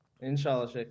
Inshallah